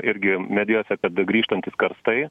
irgi medijose kad grįžtantys karstai